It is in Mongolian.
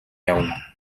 явна